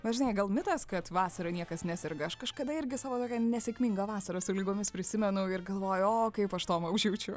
na žinai gal mitas kad vasarą niekas neserga aš kažkada irgi savo tokią nesėkmingą vasarą su ligomis prisimenau ir galvoju kaip aš tomą užjaučiu